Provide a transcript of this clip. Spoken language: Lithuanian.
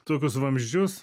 tokius vamzdžius